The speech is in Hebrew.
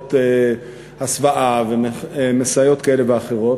ומסייעות הסוואה ומסייעות כאלה ואחרות,